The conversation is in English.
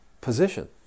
position